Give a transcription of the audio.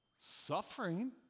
suffering